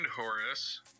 Horus